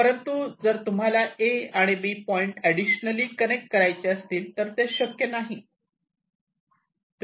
परंतु जर तुम्हाला A आणि B पॉईंट अड्डिशनली कनेक्ट करायचे असतील तर ते शक्य नाही